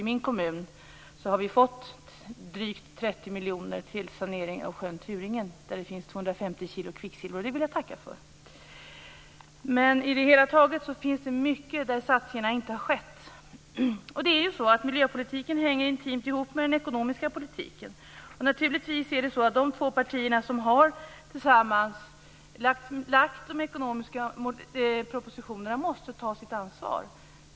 I min kommun har vi fått drygt 30 miljoner till saneringen av sjön Turingen, där det finns 250 kilo kvicksilver. Det vill jag tacka för. På det hela taget finns det många områden som det inte har gjorts några satsningar på. Miljöpolitiken hänger ju intimt ihop med den ekonomiska politiken. Naturligtvis är det så att de två partier som tillsammans lagt fram de ekonomiska propositionerna måste ta sitt ansvar.